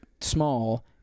small